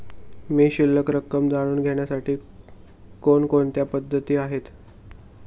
माझी शिल्लक रक्कम जाणून घेण्यासाठी कोणकोणत्या पद्धती आहेत?